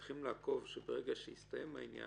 שצריך לעקוב שיורידו את זה ברגע שהסתיים העניין.